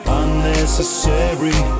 unnecessary